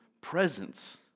presence